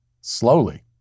Slowly